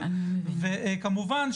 כמובן,